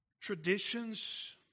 traditions